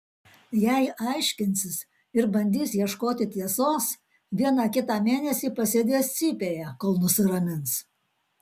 jei aiškinsis ir bandys ieškoti tiesos vieną kitą mėnesį pasėdės cypėje kol nusiramins